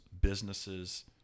businesses